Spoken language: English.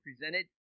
presented